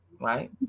right